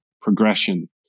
progression